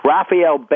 Rafael